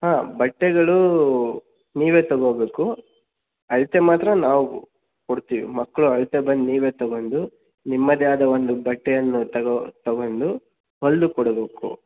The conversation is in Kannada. ಹಾಂ ಬಟ್ಟೆಗಳು ನೀವೇ ತೊಗೋಬೇಕು ಅಳತೆ ಮಾತ್ರ ನಾವು ಕೊಡ್ತೀವಿ ಮಕ್ಕಳು ಅಳತೆ ಬಂದು ನೀವೇ ತೊಗೊಂಡು ನಿಮ್ಮದೇ ಆದ ಒಂದು ಬಟ್ಟೆಯನ್ನು ತಗೋ ತೊಗೊಂಡು ಹೊಲೆದು ಕೊಡಬೇಕು